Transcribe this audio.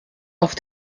auf